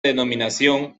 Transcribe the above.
denominación